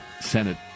Senate